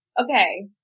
Okay